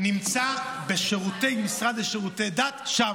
נמצא בשירותי המשרד לשירותי דת, שם.